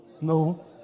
No